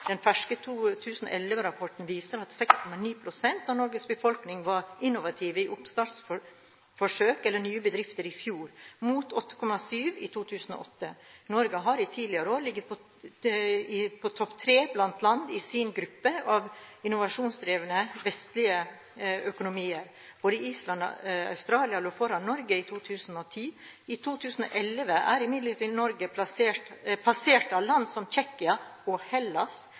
Den ferske 2011-rapporten viser at 6,9 pst. av Norges befolkning var involvert i oppstartforsøk eller nye bedrifter i fjor – mot 8,7 pst. i 2008. Norge har i tidligere år ligget på topp tre blant land i sin gruppe av innovasjonsdrevne vestlige økonomier. Bare Island og Australia lå foran Norge i 2010. I 2011 ble imidlertid Norge passert av land som Tsjekkia, Hellas, Irland og